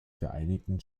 vereinigten